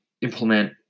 implement